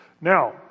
Now